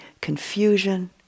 confusion